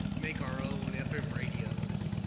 make our own fm radios.